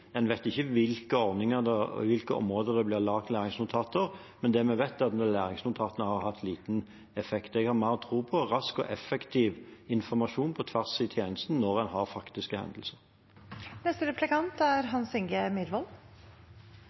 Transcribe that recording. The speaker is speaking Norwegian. hvilke områder det blir laget læringsnotater på. Det vi vet, er at læringsnotatene har hatt liten effekt. Jeg har mer tro på rask og effektiv informasjon på tvers i tjenesten når en har faktiske